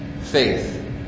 faith